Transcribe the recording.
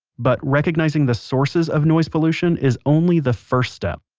but recognizing the sources of noise pollution is only the first step.